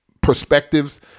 perspectives